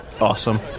Awesome